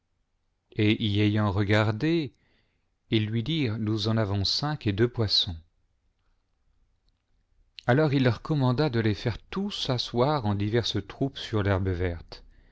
et y ayant regardé ils lui dirent nous en aidons cinq et deux poissons alors il leur commanda de les faire tous asseoir en diverses troupes sur l'herbe verte